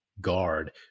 guard